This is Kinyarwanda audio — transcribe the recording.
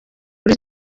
kuri